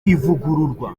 ivugururwa